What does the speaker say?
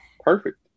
perfect